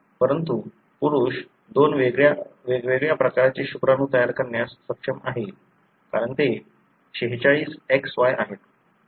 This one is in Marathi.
परंतु पुरुष दोन वेगवेगळ्या प्रकारचे शुक्राणू तयार करण्यास सक्षम आहेत कारण ते 46XY आहेत